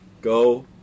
Go